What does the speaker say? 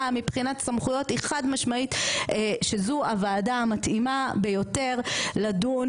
מבחינת סמכויות היא חד משמעית שזו הוועדה המתאימה ביותר לדון